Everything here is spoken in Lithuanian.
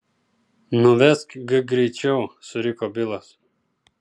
nuvesk g greičiau suriko bilas